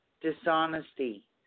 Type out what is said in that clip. dishonesty